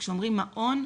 וכשאומרים מעון,